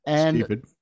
stupid